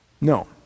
no